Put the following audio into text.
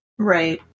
Right